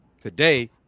today